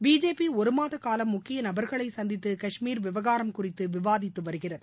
BJP ஒருமாத காலம் முக்கிய நபர்களை சந்தித்து காஷ்மீர் விவகாரம் குறித்து விவாதித்து வருகிறது